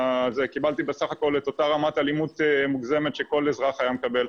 קיבלתי בסך הכול את אותה רמת אלימות מוגזמת שכל אזרח היה מקבל.